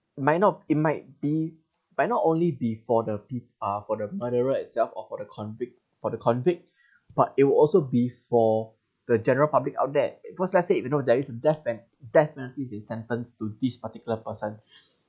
might not it might be might not only be for the peo~ uh for the murderer itself or for the convict for the convict but it will also be for the general public out there cause let's say if you know there is a death pen~ death penalty they sentence to this particular person